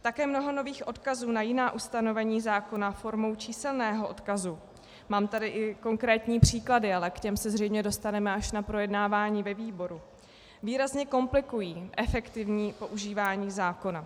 Také mnoho nových odkazů na jiná ustanovení zákona formou číselného odkazu mám tady i konkrétní příklady, ale k těm se zřejmě dostaneme až na projednávání ve výboru výrazně komplikují efektivní používání zákona.